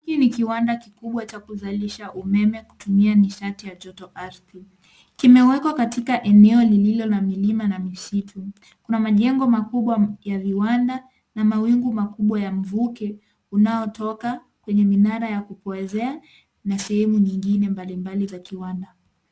Hii ni kiwanda kikubwa cha kuzalisha umeme kutumia nishati ya joto ardhi. Kimewekwa katika eneo lililo na milima na misitu. Kuna majengo makubwa ya viwanda na mawingu makubwa ya mvuke unaotoka kwenye minara ya kupoezea na sehemu nyingine mbalimbali za kiwanda.